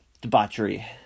debauchery